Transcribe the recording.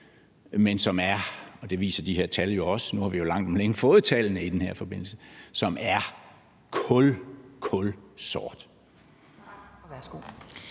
men som er kulsort. Det viser de her tal jo også – nu har vi langt om længe fået tallene i den her forbindelse. Kl.